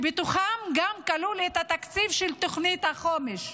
ובתוכם כלול התקציב של תוכנית החומש.